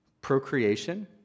procreation